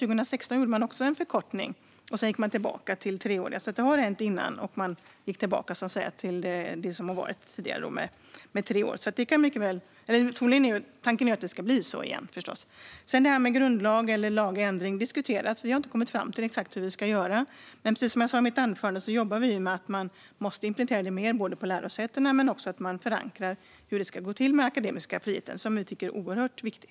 År 2016 gjorde man också en förkortning, sedan gick man tillbaka till tre år som det hade varit tidigare. Tanken är förstås att det ska bli så igen. När det gäller grundlag eller lagändring diskuteras det. Vi har inte kommit fram till exakt hur vi ska göra. Men precis som jag sa i mitt anförande jobbar vi med att man måste implementera detta på lärosätena men också att man ska förankra hur det ska gå till med den akademiska friheten, som vi tycker är oerhört viktig.